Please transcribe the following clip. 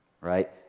right